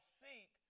seek